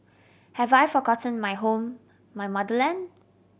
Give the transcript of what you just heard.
have I forgotten my home my motherland